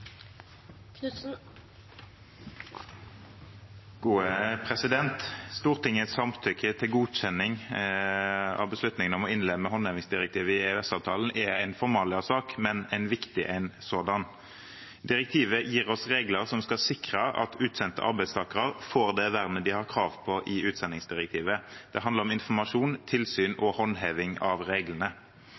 en formalsak, men en viktig sådan. Direktivet gir oss regler som skal sikre at utsendte arbeidstakere får det vernet de har krav på i samsvar med utsendingsdirektivet. Det handler om informasjon, tilsyn og håndheving av reglene.